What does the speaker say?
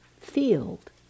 field